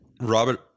Robert